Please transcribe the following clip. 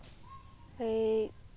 ᱮᱭ